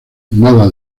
nada